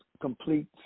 complete